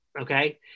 okay